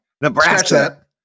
Nebraska